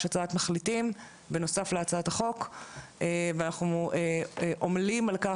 הצעת מחליטים בנוסף להצעת החוק ואנחנו עמלים על-כך